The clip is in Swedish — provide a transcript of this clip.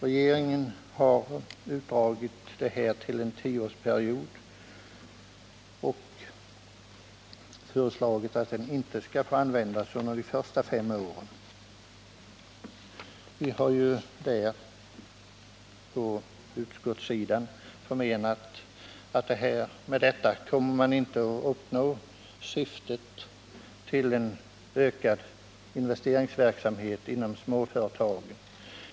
Regeringen har förlängt denna period till tio år och föreslagit att avsättningen inte skall få användas under de första fem åren. Utskottet har ansett att man med detta inte kommer att uppnå syftet med en ökad investeringsverksamhet inom småföretagen.